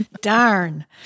Darn